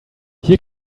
hier